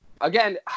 Again